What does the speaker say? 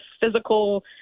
physical